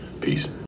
Peace